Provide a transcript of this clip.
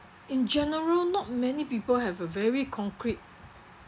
in general not many people have a very concrete